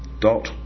dot